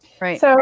Right